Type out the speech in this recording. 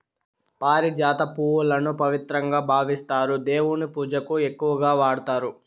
పారిజాత పువ్వులను పవిత్రంగా భావిస్తారు, దేవుని పూజకు ఎక్కువగా వాడతారు